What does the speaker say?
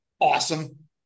awesome